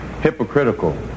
hypocritical